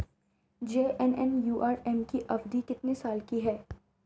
JNNURM की अवधि कितने साल की है?